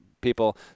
people